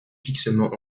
fixement